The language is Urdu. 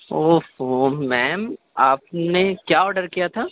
او فو میم آپ نے کیا آڈر کیا تھا